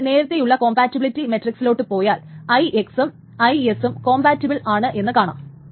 നമ്മൾ നേരത്തെയുള്ള കോംപാറ്റിബിലിറ്റി മെട്രിക്സിലോട്ട് പോയാൽ IX ഉം IS ഉം കോംപാറ്റിബിൾ ആണ് എന്നു കാണാം